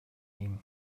ihm